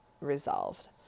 Resolved